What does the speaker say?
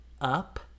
up